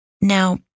Now